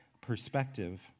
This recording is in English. perspective